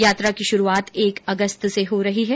यात्रा की शुरूआत एक अगस्त से हो रही है